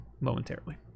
momentarily